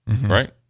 right